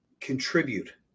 contribute